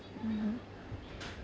mmhmm